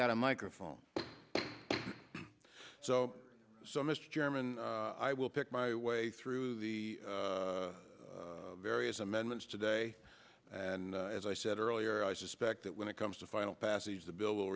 got a microphone so so mr chairman i will pick my way through the various amendments today and as i said earlier i suspect that when it comes to final passage the bill will